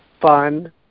fun